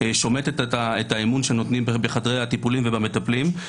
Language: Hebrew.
שומטת את האמון שנותנים בחדרי הטיפולים ובמטפלים.